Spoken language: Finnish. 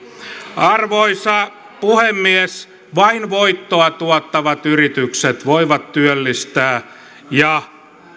arvoisa puhemies vain voittoa tuottavat yritykset voivat työllistää ja